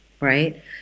Right